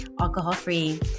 alcohol-free